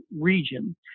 region